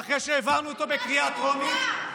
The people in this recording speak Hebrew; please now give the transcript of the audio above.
ואחרי שהעברנו אותו בקריאה הטרומית, ביקשתם ארכה.